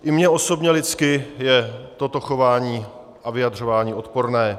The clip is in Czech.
I mně osobně lidsky je toto chování a vyjadřování odporné.